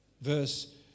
verse